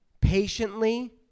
patiently